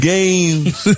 Games